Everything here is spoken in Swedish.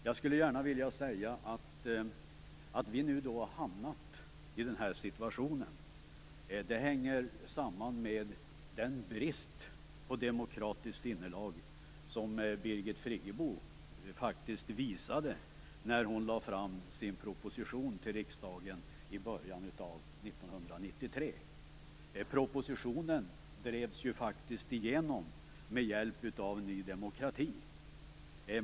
Jag skulle vilja säga att det förhållandet att vi nu hamnat i den här situationen hänger samman med den brist på demokratiskt sinnelag som Birgit Friggebo faktiskt gav uttryck för när hon lade fram sin proposition till riksdagen i början av 1993. Den propositionen drevs faktiskt igenom med hjälp av Ny demokrati.